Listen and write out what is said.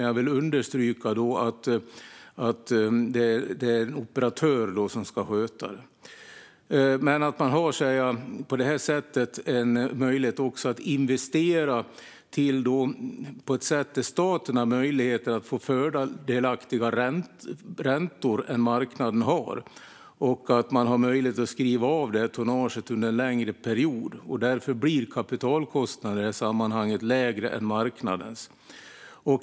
Jag vill understryka att det är en operatör som ska sköta det hela. På detta sätt har man också en möjlighet att göra investeringar på så sätt att staten kan få mer fördelaktiga räntor än vad marknaden har. Man har också möjlighet att skriva av tonnaget under en längre period. Därför blir kapitalkostnaden i sammanhanget lägre än marknadens.